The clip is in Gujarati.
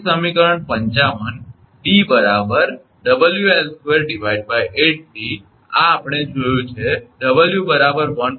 તેથી સમીકરણ 55 𝑑 𝑊𝐿2 8𝑑 આ આપણે જોયું છે 𝑊 1